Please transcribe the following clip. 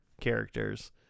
characters